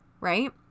Right